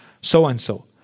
so-and-so